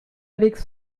avec